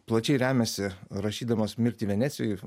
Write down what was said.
plačiai remiasi rašydamas mirtį venecijoj